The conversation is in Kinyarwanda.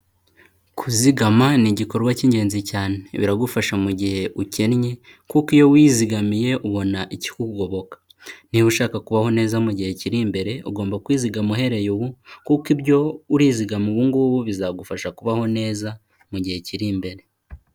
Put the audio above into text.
Kuzigama ni igikorwa cy'ingenzi cyane, biragufasha mu gihe ukennye, kuko iyo wizigamiye ubona ikikugoboka, niba ushaka kubaho neza mu gihe kiri imbere, ugomba kwizigama uhereye ubu, kuko ibyo urizigama ubu ngubu, bizagufasha kubaho neza mu gihe kiri imbere.